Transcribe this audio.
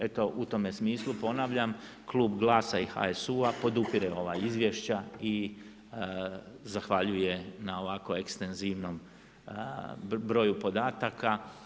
Eto, u tome smisli, ponavljam, klub GLAS-a i HSU-u podupire ova izvješća i zahvaljuje na ovako ekstenzivnom broju podataka.